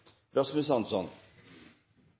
Rasmus Hansson